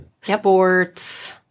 sports